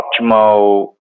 optimal